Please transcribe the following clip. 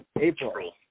April